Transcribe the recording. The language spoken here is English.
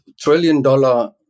trillion-dollar